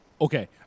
Okay